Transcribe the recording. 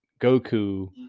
Goku